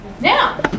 Now